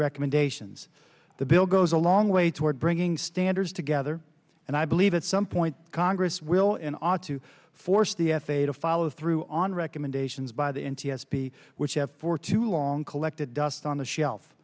recommendations the bill goes a long way toward bringing standards together and i believe that some point congress will in ought to force the f a a to follow through on recommendations by the n t s b which have for too long collected dust on the shelf